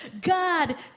god